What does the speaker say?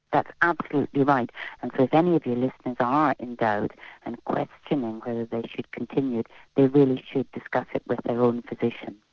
that's absolutely right and if any of your listeners are in doubt and questioning whether they should continue they really should discuss it with their own physician.